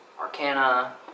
Arcana